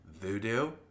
Voodoo